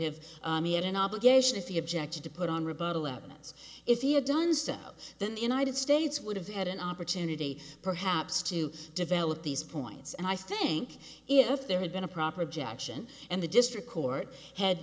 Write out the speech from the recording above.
had an obligation if he objected to put on that if he had done so then the united states would have had an opportunity perhaps to develop these points and i think if there had been a proper objection and the district court had